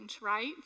right